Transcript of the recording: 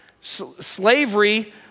Slavery